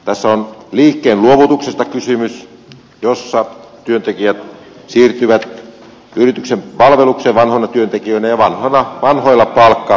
tässä on kysymys liikkeen luovutuksesta jossa työntekijät siirtyvät yrityksen palvelukseen vanhoina työntekijöinä ja vanhalla palkkasopimuksella